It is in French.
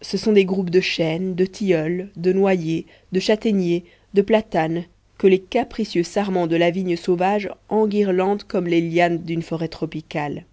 ce sont des groupes de chênes de tilleuls de noyers de châtaigniers de platanes que les capricieux sarments de la vigne sauvage enguirlandent comme les lianes d'une forêt tropicale